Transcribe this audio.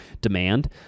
demand